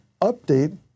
update